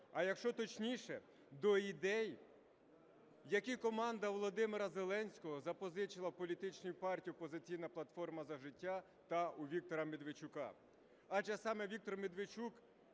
А якщо точніше, до ідей, які команда Володимира Зеленського запозичила в політичної партії "Опозиційна платформа – За життя" та у Віктора Медведчука. Адже саме Віктор Медведчук